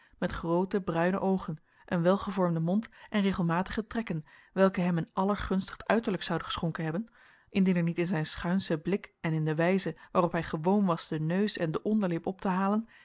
met groote bruine oogen een welgevormden mond en regelmatige trekken welke hem een allergunstigst uiterlijk zouden geschonken hebben indien er niet in zijn schuinschen blik en in de wijze waarop hij gewoon was den neus en de onderlip op te halen